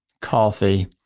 coffee